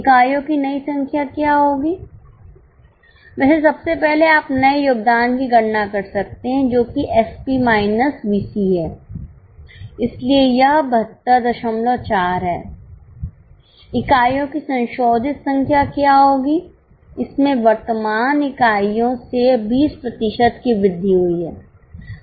इकाइयों की नई संख्या क्या होगी वैसे सबसे पहले आप नए योगदान की गणना कर सकते हैं जो कि एसपी माइनस वीसी है इसलिए यह 724 हैं इकाइयों की संशोधित संख्या क्या होगी इसमें वर्तमान इकाइयों से 20 प्रतिशत की वृद्धि हुई है